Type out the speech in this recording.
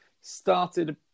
Started